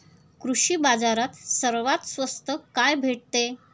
कृषी बाजारात सर्वात स्वस्त काय भेटते?